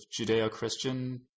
judeo-christian